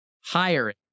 hiring